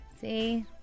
See